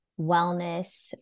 wellness